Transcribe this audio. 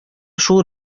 шул